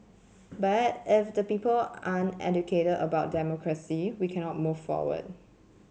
but if the people aren't educated about democracy we cannot move forward